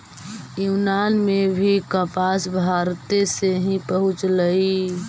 यूनान में भी कपास भारते से ही पहुँचलई